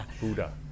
Buddha